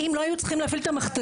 אם לא היו צריכים להפעיל את המכת"זית,